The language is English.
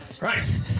Right